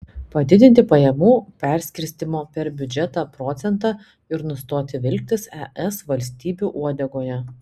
padidinti pajamų perskirstymo per biudžetą procentą ir nustoti vilktis es valstybių uodegoje